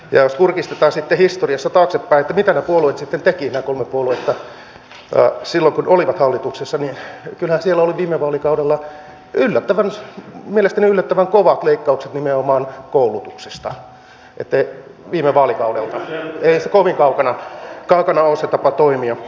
jos kurkistetaan sitten historiassa taaksepäin mitä ne puolueet tekivät nämä kolme puoluetta silloin kun olivat hallituksessa niin kyllähän siellä oli viime vaalikaudella mielestäni yllättävän kovat leikkaukset nimenomaan koulutuksesta viime vaalikaudelta eihän se kovin kaukana ole se tapa toimia